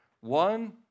one